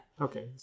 Okay